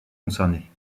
concernées